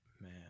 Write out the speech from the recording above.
man